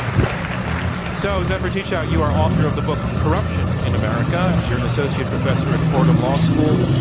um so, zephyr teachout, you are author of the book, corruption in america. you're an associate professor at fordham law school.